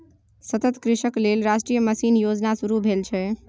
सतत कृषिक लेल राष्ट्रीय मिशन योजना शुरू भेल छै